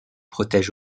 protège